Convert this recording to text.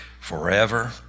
forever